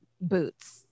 boots